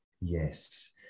Yes